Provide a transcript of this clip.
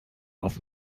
auf